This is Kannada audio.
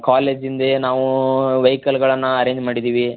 ಕಾಲೇಜಿಂದೇ ನಾವು ವೆಯ್ಕಲ್ಗಳನ್ನು ಅರೆಂಜ್ ಮಾಡಿದ್ದೀವಿ